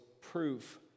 proof